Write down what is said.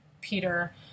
Peter